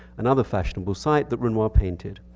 another fashionable site that renoir painted.